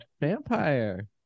Vampire